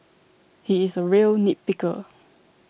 he is a real nitpicker